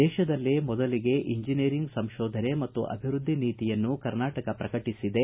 ದೇಶದಲ್ಲೇ ಮೊದಲಿಗೆ ಇಂಜಿನೀಯರಿಂಗ್ ಸಂಶೋಧನೆ ಮತ್ತು ಅಭಿವೃದ್ಧಿ ನೀತಿಯನ್ನು ಕರ್ನಾಟಕ ಪ್ರಕಟಿಸಿದೆ